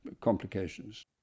complications